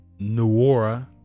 Nuora